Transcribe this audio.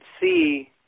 see